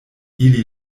ili